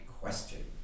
question